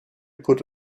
put